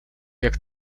jak